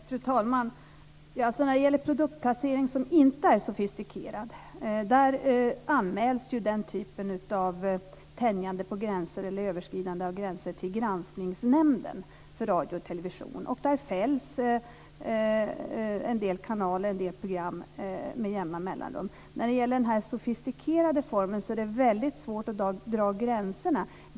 Fru talman! När det gäller produktplacering som inte är sofistikerad anmäls den typen av tänjande på eller överskridande av gränser till Granskningsnämnden för radio och TV. Där fälls en del kanaler och program med jämna mellanrum. Den sofistikerade formen är det väldigt svårt att dra gränserna för.